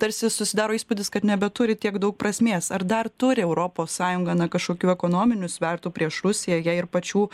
tarsi susidaro įspūdis kad nebeturi tiek daug prasmės ar dar turi europos sąjunga na kažkokių ekonominių svertų prieš rusiją jai ir pačių